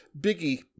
Biggie